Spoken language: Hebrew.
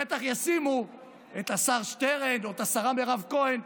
בטח ישימו את השר שטרן או את השרה מירב כהן,